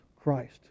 Christ